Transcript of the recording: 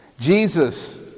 Jesus